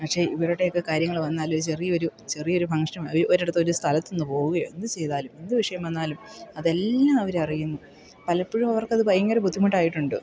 പക്ഷെ ഇവരുടെയൊക്കെ കാര്യങ്ങള് വന്നാലൊര് ചെറിയൊരു ചെറിയൊരു ഫംഗ്ഷനോ ഒരിടത്തൊരു സ്ഥലത്തു നിന്ന് പോവുകയോ എന്തു ചെയ്താലും എന്തു വിഷയം വന്നാലും അതെല്ലാം അവരറിയുന്നു പലപ്പോഴും അവർക്കത് ഭയങ്കര ബുദ്ധിമുട്ടായിട്ടുണ്ട്